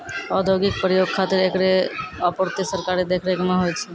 औद्योगिक प्रयोग खातिर एकरो आपूर्ति सरकारी देखरेख म होय छै